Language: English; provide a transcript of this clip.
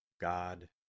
God